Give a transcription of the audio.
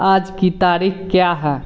आज की तारीख क्या है